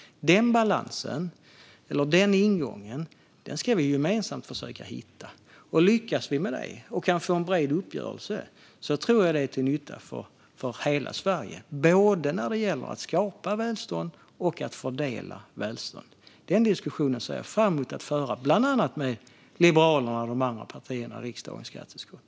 Den balansen, eller den ingången, ska vi gemensamt försöka hitta. Lyckas vi med det och kan få en bred uppgörelse tror jag att det är till nytta för hela Sverige, både när det gäller att skapa välstånd och att fördela välstånd. Den diskussionen ser jag fram emot att föra, bland annat med Liberalerna och de andra partierna i riksdagens skatteutskott.